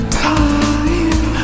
time